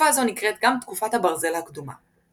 תקופה זו נקראת גם "תקופת הברזל הקדומה".